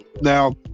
Now